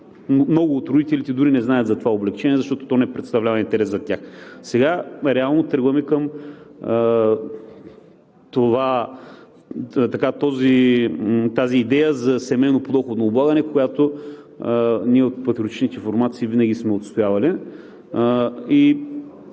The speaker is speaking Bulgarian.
много от родителите дори не знаят за това облекчение, защото то не представлява интерес за тях. Реално сега тръгваме към тази идея за семейно подоходно облагане, която ние от патриотичните формации винаги сме отстоявали